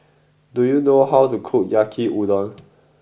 do you know how to cook Yaki Udon